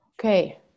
Okay